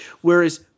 whereas